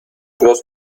los